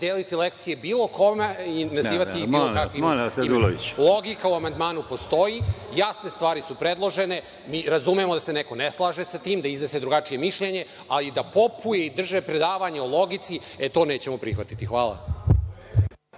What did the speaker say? Raduloviću. **Saša Radulović** Logika u amandmanu postoji. Jasne stvari su predložene. Mi razumemo da se neko ne slaže sa tim, da iznese drugačije mišljenje, ali da popuje i drže predavanje o logici, e, to nećemo prihvatiti. Hvala.